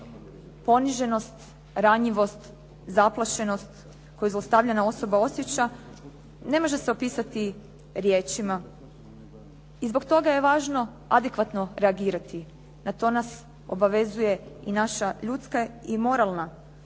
poniženost, ranjivost, zaplašenost koji zlostavljanja osoba osjeća ne može se opisati riječima. I zbog toga je važno adekvatno reagirati. Na to nas obavezuje i naša ljudska i moralna